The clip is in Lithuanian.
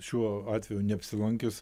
šiuo atveju neapsilankius